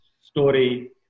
story